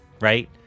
right